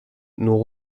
nous